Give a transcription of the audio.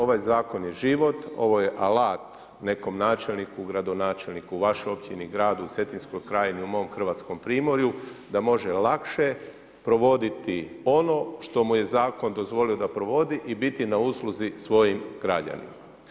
Ovaj zakon je život, ovo je alat nekom načelniku, gradonačelniku, vašoj općini, gradu, Cetinskoj krajini, u mom Hrvatskom primorju da može lakše provoditi ono što mu je zakon dozvolio da provodi i biti na usluzi svojim građanima.